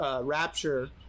rapture